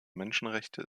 menschenrechte